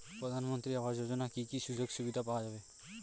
প্রধানমন্ত্রী আবাস যোজনা কি কি সুযোগ সুবিধা পাওয়া যাবে?